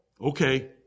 Okay